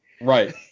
Right